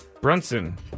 Brunson